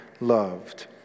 loved